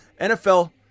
NFL